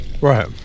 Right